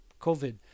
COVID